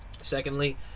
Secondly